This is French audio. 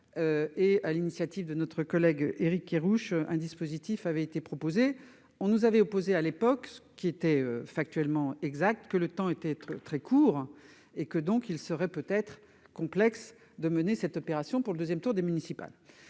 Sur l'initiative de notre collègue Éric Kerrouche, un dispositif avait été proposé, mais on nous avait opposé à l'époque, ce qui était factuellement exact, que le temps était très court et qu'il serait sans doute complexe de mener cette opération à bien pour le second tour du scrutin.